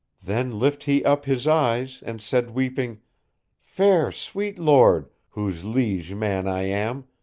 then lift he up his eyes and said weeping fair sweet lord, whose liege man i am,